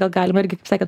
gal galima irgi kaip sakėt